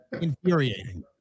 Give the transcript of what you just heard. infuriating